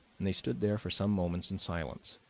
and they stood there for some moments in silence.